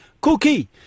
cookie